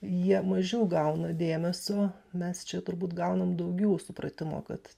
jie mažiau gauna dėmesio mes čia turbūt gaunam daugiau supratimo kad